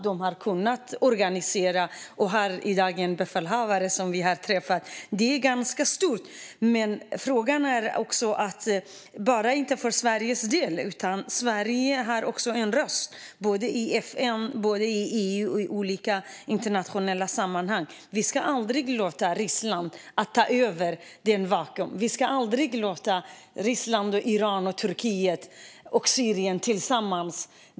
De har kunnat organisera sig och har i dag en befälhavare som vi har träffat. Det är ganska stort. Men detta gäller inte bara Sverige enskilt, utan Sverige har också en röst i FN, i EU och i andra internationella sammanhang. Vi ska aldrig låta Ryssland ta över ett vakuum. Vi ska aldrig låta Ryssland, Iran, Turkiet och Syrien göra detta tillsammans.